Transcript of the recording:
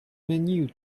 menu